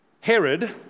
Herod